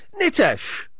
Nitesh